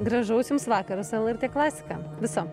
gražaus jums vakaro su lrt klasika viso